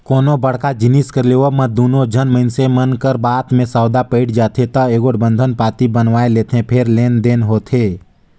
कोनो बड़का जिनिस कर लेवब म दूनो झन मइनसे मन कर बात में सउदा पइट जाथे ता एगोट बंधन पाती बनवाए लेथें फेर लेन देन होथे